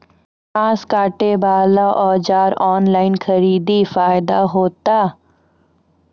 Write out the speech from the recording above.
घास काटे बला औजार ऑनलाइन खरीदी फायदा होता?